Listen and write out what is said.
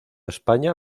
españa